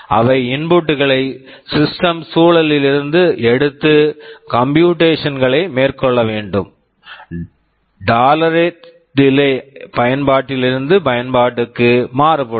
அவை input input டுகளை system system சூழலில் இருந்து எடுத்து கம்ப்யூட்டேஷன்ஸ் computations களை மேற்கொள்ள வேண்டும் டாலரேட் டிலே tolerate delay பயன்பாட்டிலிருந்து பயன்பாட்டிற்கு மாறுபடும்